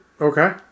Okay